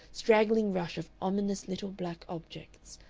straggling rush of ominous little black objects,